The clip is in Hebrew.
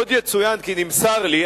עוד יצוין כי נמסר לי,